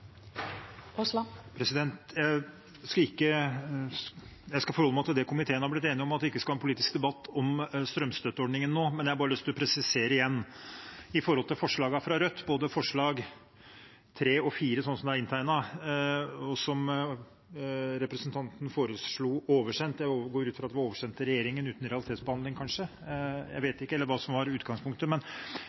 komiteen har blitt enig om, at vi ikke skal ha en politisk debatt om strømstøtteordningen nå, men jeg har lyst til igjen å presisere: Når det gjelder forslagene fra Rødt, både forslag nr. 3 og nr. 4, slik de foreligger, foreslo representanten at de skulle oversendes. Jeg går ut fra at det kanskje var oversendt regjeringen uten realitetsbehandling, eller hva som var utgangspunktet.